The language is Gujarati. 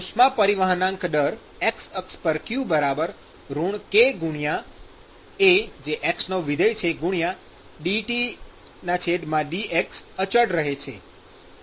ઉષ્મા પરિવહનાંક દર qx kAdTdx અચળ રહે છે